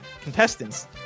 Contestants